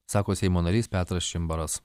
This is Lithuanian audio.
sako seimo narys petras čimbaras